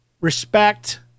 respect